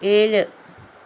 ഏഴ്